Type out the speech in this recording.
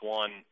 one